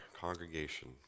congregation